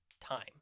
time